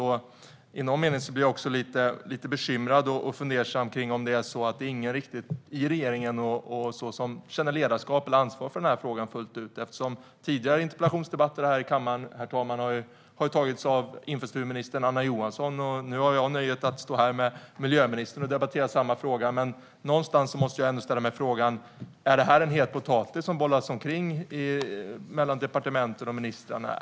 I någon mening blir jag också lite bekymrad och fundersam om det är så att det inte är någon i regeringen som känner ledarskap eller ansvar för den här frågan fullt ut, eftersom tidigare interpellationsdebatter här i kammaren, herr talman, har tagits av infrastrukturminister Anna Johansson och jag nu har nöjet att stå här med miljöministern och debattera samma fråga. Någonstans måste jag ändå ställa mig frågan: Är det här en het potatis som bollas omkring mellan departementen och ministrarna?